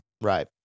Right